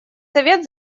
совет